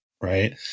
Right